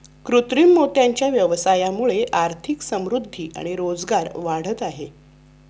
कृत्रिम मोत्यांच्या व्यवसायामुळे आर्थिक समृद्धि आणि रोजगार वाढत आहे